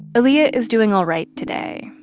aaliyah is doing all right today.